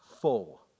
full